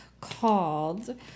called